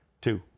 two